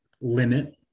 limit